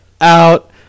out